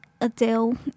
Adele